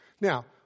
Now